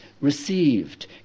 received